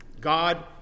God